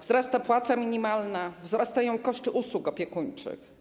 wzrasta płaca minimalna, wzrastają koszty usług opiekuńczych.